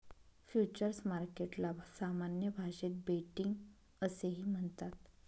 futures मार्केटला सामान्य भाषेत बेटिंग असेही म्हणतात